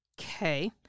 Okay